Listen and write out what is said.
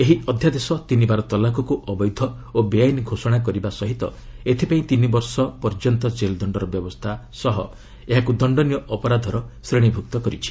ଏହି ଅଧ୍ୟାଦେଶ ତିନିବାର ତଲାକକୁ ଅବୈଧ ଓ ବେଆଇନ ଘୋଷଣା କରିବା ସହ ଏଥିପାଇଁ ତିନିବର୍ଷ ପର୍ଯ୍ୟନ୍ତ ଜେଲ୍ଦଣ୍ଡର ବ୍ୟବସ୍ଥା ସହିତ ଏହାକୁ ଦଶ୍ତନୀୟ ଅପରାଧର ଶ୍ରେଣୀଭୁକ୍ତ କରିଛି